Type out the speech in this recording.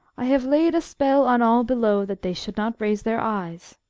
i have laid a spell on all below that they should not raise their eyes.